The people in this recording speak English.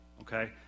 okay